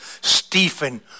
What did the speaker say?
Stephen